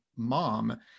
mom